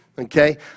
Okay